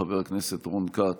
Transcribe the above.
חבר הכנסת רון כץ,